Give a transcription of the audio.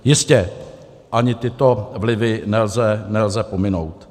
Jistě, ani tyto vlivy nelze pominout.